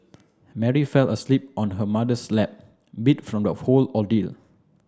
Mary fell asleep on her mother's lap beat from the whole ordeal